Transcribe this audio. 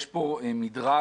יש כאן מדרג,